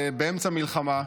באמצע מלחמה.